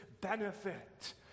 benefit